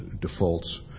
defaults